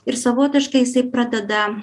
ir savotiškai jisai pradeda